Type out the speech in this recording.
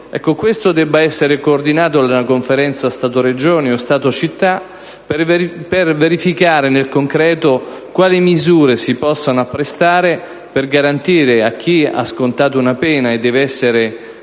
questo debba essere coordinato nella Conferenza Stato-Regioni o Stato-Città per verificare nel concreto quali misure si possano apprestare per garantire a chi ha scontato una pena e deve essere